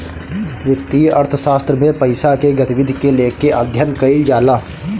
वित्तीय अर्थशास्त्र में पईसा के गतिविधि के लेके अध्ययन कईल जाला